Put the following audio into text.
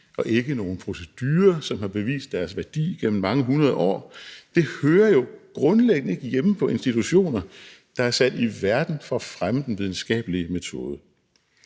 og ikke nogle procedurer, som har bevist deres værdi gennem mange hundrede år, hører jo grundlæggende ikke hjemme på institutioner, der er sat i verden for at fremme den videnskabelige metode.